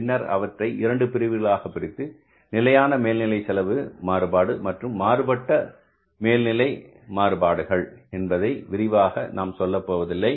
பின்னர் அவற்றை 2 பிரிவுகளாக பிரித்து நிலையான மேல்நிலை செலவு மாறுபாடு மற்றும் மாறுபட்ட மாறுபட்ட மேல்நிலை மாறுபாடுகள் என்பதை விரிவாக நான் சொல்லப்போவதில்லை